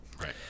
Right